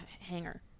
hanger